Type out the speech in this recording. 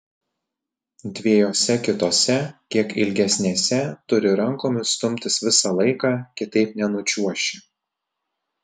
dviejose kitose kiek ilgesnėse turi rankomis stumtis visą laiką kitaip nenučiuoši